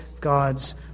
God's